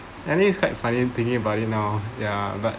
and it's quite funny thinking about it now ya but